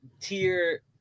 tier